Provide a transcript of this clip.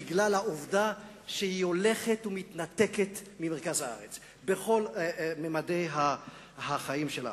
בגלל העובדה שהיא הולכת ומתנתקת ממרכז הארץ בכל ממדי החיים שלנו.